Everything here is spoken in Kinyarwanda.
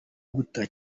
guta